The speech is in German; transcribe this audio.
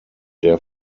der